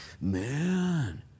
man